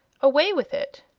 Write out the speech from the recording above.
away with it!